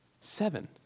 Seven